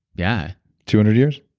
yeah two hundred years?